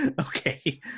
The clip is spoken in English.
okay